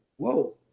Whoa